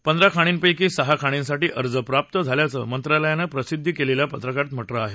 पंधर खाणींपैकी सहा खाणींसाठी अर्ज प्राप्त झाल्याचं मंत्र्यालयानं प्रसिद्ध केलेल्या पत्रकात म्हटलं आहे